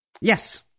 Yes